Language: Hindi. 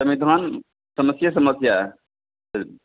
समाधान समस्ये समस्या है